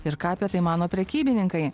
ir ką apie tai mano prekybininkai